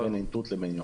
בין עין תות ליוקנעם.